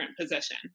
position